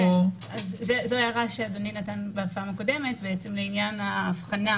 זו הערה שאדוני העיר בישיבה הקודמת לעניין ההבחנה